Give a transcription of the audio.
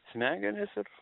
smegenys ir